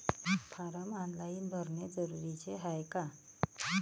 Form online भरने जरुरीचे हाय का?